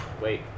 Wait